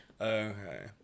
okay